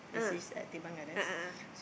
ah a'ah ah